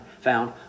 found